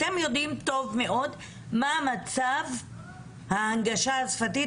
אתם יודעים טוב מאוד מה מצב ההנגשה השפתית